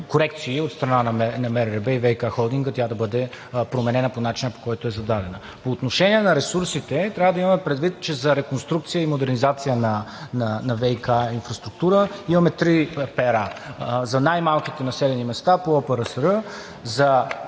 корекции от страна на МРРБ и ВиК холдинга тя да бъде променена по начина, по който е зададена. По отношение на ресурсите трябва да имаме предвид, че за реконструкция и модернизация на ВиК инфраструктурата имаме три пера – за най-малките населени места по ОПРСР, за